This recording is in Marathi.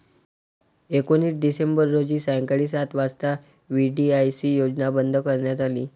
एकोणीस डिसेंबर रोजी सायंकाळी सात वाजता व्ही.डी.आय.सी योजना बंद करण्यात आली